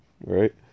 right